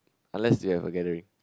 unless there are a gathering